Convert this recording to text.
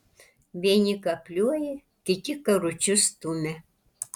vieni kapliuoja kiti karučius stumia